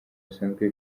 basanzwe